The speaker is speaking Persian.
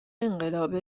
انقلاب